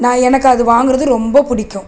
நான் எனக்கு அது வாங்குறது ரொம்ப பிடிக்கும்